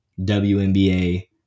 WNBA